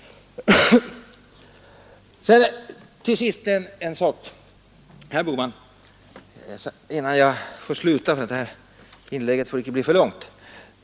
Till sist en annan sak innan jag slutar.